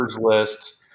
list